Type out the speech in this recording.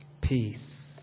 Peace